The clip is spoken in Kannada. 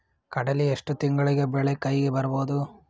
ಕಡಲಿ ಎಷ್ಟು ತಿಂಗಳಿಗೆ ಬೆಳೆ ಕೈಗೆ ಬರಬಹುದು?